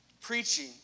Preaching